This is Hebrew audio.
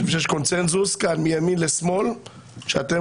יש קונצנזוס כאן מימין לשמאל שאתם